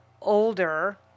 older